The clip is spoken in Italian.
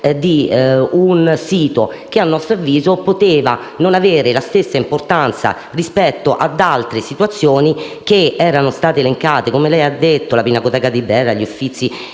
di un sito che a nostro avviso poteva non avere la stessa importanza rispetto ad altre situazioni che erano state elencate, come ad esempio la pinacoteca di Brera, gli Uffizi